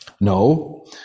No